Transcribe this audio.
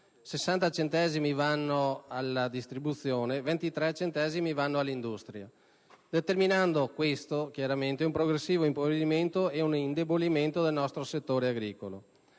60 centesimi vanno alla distribuzione e 23 centesimi vanno all'industria), determinando un progressivo impoverimento ed indebolimento del nostro settore agricolo.